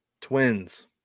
Twins